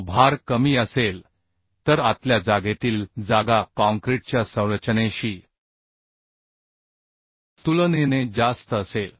तो भार कमी असेल तर आतल्या जागेतील जागा काँक्रीटच्या संरचनेशी तुलनेने जास्त असेल